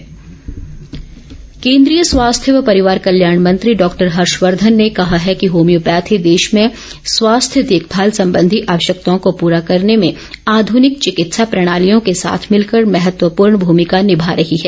हर्षवर्धन केन्द्रीय स्वास्थ्य व परिवार कल्याण मंत्री डॉक्टर हर्षवर्धन ने कहा है कि होम्योपैथी देश में स्वास्थ्य देखभाल संबंधी आवश्यकताओं को पूरा करने में आधुनिक चिकित्सा प्रणालियों के साथ मिलकर महत्वपूर्ण भूमिका निभा रही है